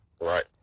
Right